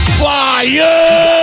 fire